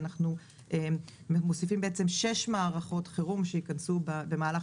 אנחנו מוסיפים שש מערכות חירום שייכנסו במהלך